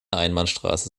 einbahnstraße